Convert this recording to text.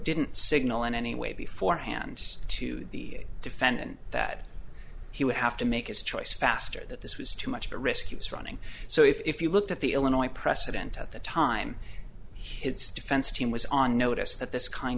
didn't signal in any way before hand to the defendant that he would have to make his choice faster that this was too much of a risk he was running so if you looked at the illinois precedent at the time his defense team was on notice that this kind